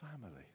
family